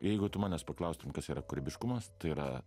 jeigu tu manęs paklaustum kas yra kūrybiškumas tai yra